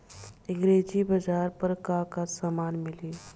एग्रीबाजार पर का का समान मिली?